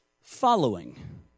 following